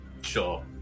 sure